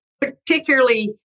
particularly